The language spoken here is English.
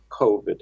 COVID